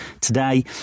today